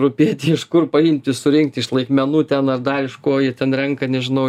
rūpėti iš kur paimti surinkti iš laikmenų ten ar dar iš ko jie ten renka nežinau